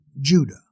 Judah